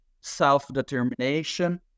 self-determination